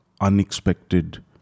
unexpected